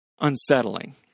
unsettling